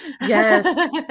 yes